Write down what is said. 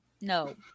no